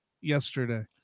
yesterday